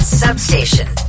substation